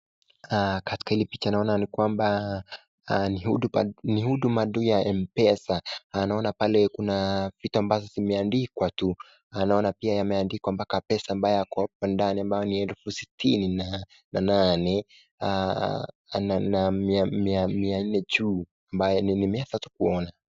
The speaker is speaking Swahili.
Katika hili picha naona ni kwamba ni huduma tu ya m-pesa. Naona pale kuna vitu ambazo zimeandikwa tu. Naona pia yameandikwa mpaka pesa ambayo yako hapa ndani ambayo ni elfu sitini na nane na mia nne juu, ambayo nimeweza tu kuona.